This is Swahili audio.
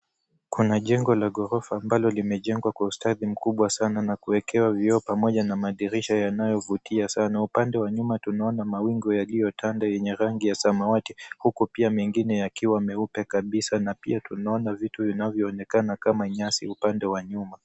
Kuna jengo la ghorofa ambalo limejengwa kwa ustadi mkubwa sana na kuwekewa vioo pamoja na madirisha yanayovutia sana. Upande wa nyuma tunaona mawingu yaliyotanda yenye rangi ya samawati, huku pia mengine yakiwa meupe kabisa na pia tunaona vitu vinavyoonekana kama nyasi upande wa nyuma.